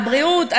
הבריאות.